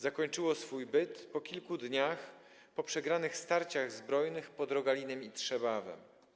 Zakończyło swój byt po kilku dniach, po przegranych starciach zbrojnych pod Rogalinem i Trzebawem.